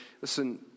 listen